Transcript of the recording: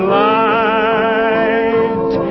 light